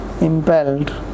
impelled